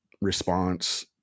response